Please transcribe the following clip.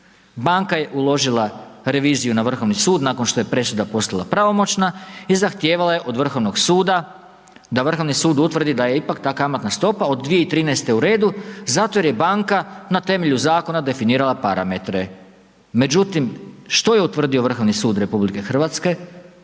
banka je uložila reviziju na Vrhovni sud nakon što je presuda postala pravomoćna i zahtijevala je od Vrhovnog suda, da Vrhovni sud utvrdi da je ipak ta kamatna stopa od 2013. u redu zato jer je banka na temelju zakona definirala parametre. Međutim, što je utvrdio Vrhovni sud RH, Vrhovni